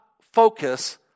focus